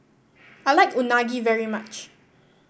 I like Unagi very much